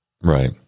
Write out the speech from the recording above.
Right